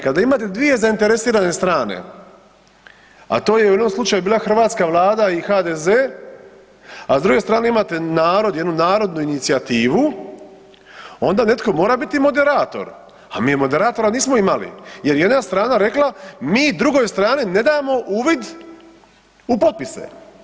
Kad imate dvije zainteresirane strane a to je u jednom slučaju bila hrvatska Vlada i HDZ a s druge strane imate narod, jednu narodnu inicijativu, onda netko mora biti moderator, a mi moderatora nismo imali jer je jedna strana rekla mi drugoj strani ne damo uvid u potpise.